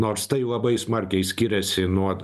nors tai labai smarkiai skiriasi nuo